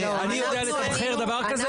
אני יודע לתמחר דבר כזה?